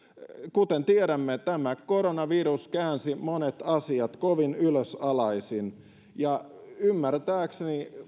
kuten tiedämme tämä koronavirus käänsi monet asiat kovin ylösalaisin ja ymmärtääkseni